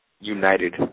united